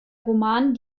roman